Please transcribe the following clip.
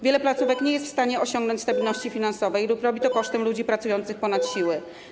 Wiele placówek nie jest w stanie osiągnąć stabilności finansowej lub robi to kosztem ludzi pracujących ponad siły.